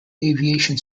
aviation